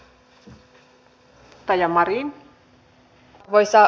arvoisa puhemies